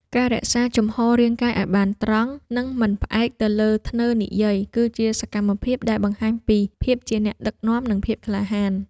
ការរក្សាជំហររាងកាយឱ្យបានត្រង់ និងមិនផ្អែកទៅលើធ្នើរនិយាយ គឺជាសកម្មភាពដែលបង្ហាញពីភាពជាអ្នកដឹកនាំ និងភាពក្លាហាន។